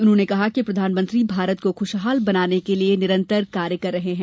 उन्होंने कहा कि प्रधानमंत्री भारत को खुशहाल बनाने के लिए कार्य कर रहे हैं